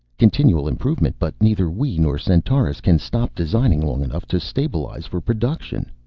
continual improvement, but neither we nor centaurus can stop designing long enough to stabilize for production.